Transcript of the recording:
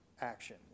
action